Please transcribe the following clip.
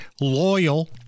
loyal